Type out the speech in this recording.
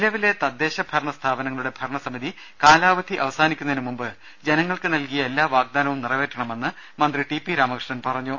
നിലവിലെ തദ്ദേശസ്വയംഭരണ സ്ഥാപനങ്ങളുടെ ഭരണസമിതി കലാവധി അവസാനിക്കുന്നതിന് മുമ്പ് ജനങ്ങൾക്ക് നൽകിയ മുഴുവൻ വാഗ്ദാനവും നിറവേറ്റണമെന്ന് മന്ത്രി ടി പി രാമകൃഷ്ണൻ പറഞ്ഞു